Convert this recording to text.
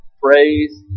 phrase